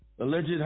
alleged